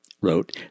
wrote